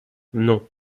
non